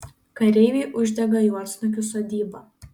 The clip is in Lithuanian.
kareiviai uždega juodsnukių sodybą